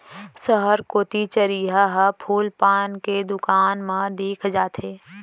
सहर कोती चरिहा ह फूल पान के दुकान मन मा दिख जाथे